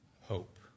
hope